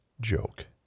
joke